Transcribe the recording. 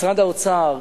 משרד האוצר,